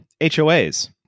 hoas